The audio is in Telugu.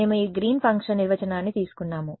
మేము ఈ గ్రీన్ ఫంక్షన్ నిర్వచనాన్ని తీసుకున్నాము